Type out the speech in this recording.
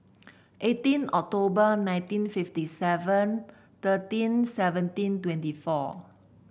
eighteen October nineteen fifty seven thirteen seventeen twenty four